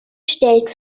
stellt